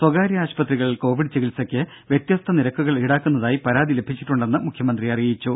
സ്വകാര്യ ആശുപത്രികൾ കോവിഡ് ചികിത്സക്ക് വ്യത്യസ്ത നിരക്കുകൾ ഈടാക്കുന്നതായി പരാതി ലഭിച്ചിട്ടുണ്ടെന്ന് മുഖ്യമന്ത്രി അറിയിച്ചു